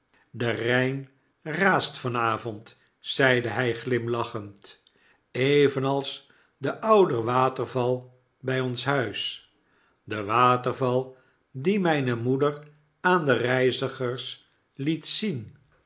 de egn raast van avond zeide hjj glimlachend evenals de oude waterval bij ons huis de waterval dien rnyne moeder aan de reizigers liet zien